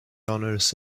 honours